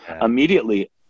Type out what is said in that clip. immediately